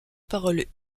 parole